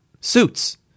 Suits